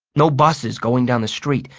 no buses going down the street.